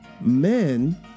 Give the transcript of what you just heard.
men